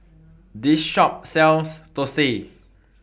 This Shop sells Thosai